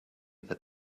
that